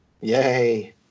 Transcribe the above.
Yay